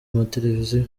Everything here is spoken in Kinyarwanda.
mateleviziyo